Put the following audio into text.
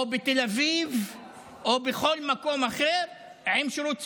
בתל אביב או בכל מקום אחר לשירות צבאי?